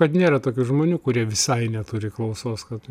kad nėra tokių žmonių kurie visai neturi klausos kad